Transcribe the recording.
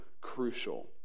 crucial